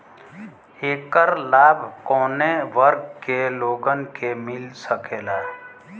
ऐकर लाभ काउने वर्ग के लोगन के मिल सकेला?